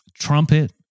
trumpet